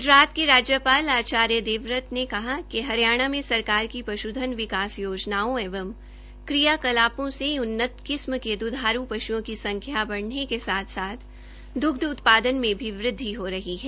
ग्जरात के राज्यपाल आचार्य देवव्रत ने कहा कि हरियाणा में सरकार की पश्धन विकास योजनाओं एवं क्रियाकलापों से उन्नत किस्म के द्धारू पश्ओं की संख्या बढऩे के साथ साथ द्ग्ध उत्पादन में भी वृदघि हो रही है